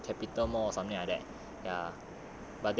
to capital mall or something like that ya